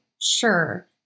sure